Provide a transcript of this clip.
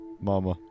Mama